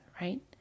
right